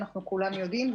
כולנו יודעים,